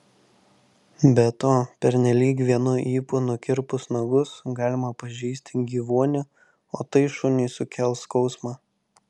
be to pernelyg vienu ypu nukirpus nagus galima pažeisti gyvuonį o tai šuniui sukels skausmą